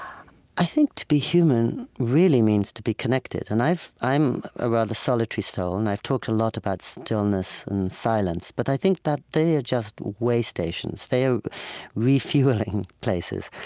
i think to be human really means to be connected. and i'm a rather solitary soul, and i've talked a lot about stillness and silence, but i think that they are just way stations. they are refueling places.